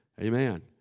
Amen